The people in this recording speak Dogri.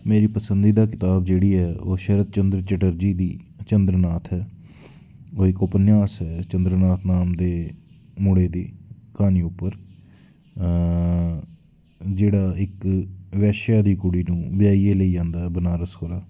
मेरी पसंदीदा कताब जेह्ड़ी ऐ ओह् शरतचन्द्र चटर्जी दी चन्द्र नाथ ऐ ओह् इक उपन्यास ऐ चन्द्र नाथ नाम दे मुड़े दी क्हानी उप्पर जेह्ड़ा इक वैश्या दी कुड़ी नू ब्याहियै लेई औंदा ऐ बनारस कोला